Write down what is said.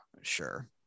Sure